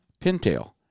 pintail